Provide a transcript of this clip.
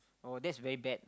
oh that's very bad